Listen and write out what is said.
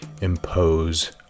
impose